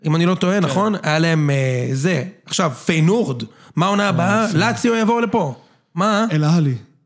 אם אני לא טועה, נכון? היה להם זה. עכשיו, פיינורד, מה עונה הבאה? לציו יבוא לפה. מה? אל אהל'י